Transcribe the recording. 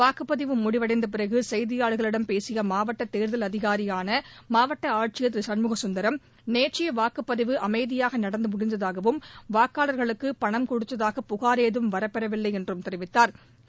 வாக்குப்பதிவு முடிவடைந்த பிறகு செய்தியாளர்களிடம் பேசிய மாவட்ட தேர்தல் அதிகாரியான மாவட்ட ஆட்சியர் திரு கண்முககந்தரம் நேற்றைய வாக்குப்பதிவு அமைதியாக நடந்து முடிந்ததாகவும் வாக்காளா்களுக்கு பணம் கொடுத்ததாக புகாா் ஏதும் வரப்பெறவில்லை என்றும் தெரிவித்தாா்